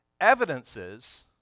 Evidences